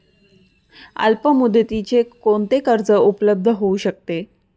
अल्पमुदतीचे कोणते कर्ज उपलब्ध होऊ शकते?